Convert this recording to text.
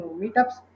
meetups